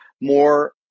more